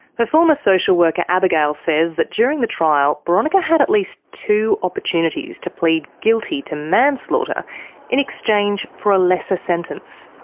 her former social worker abigail says that during the trial boronika had at least two opportunities to plead guilty to manslaughter in exchange for a lesser sentence.